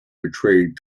betrayed